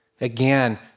Again